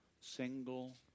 single